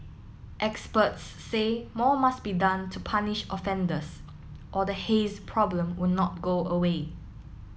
experts say more must be done to punish offenders or the haze problem will not go away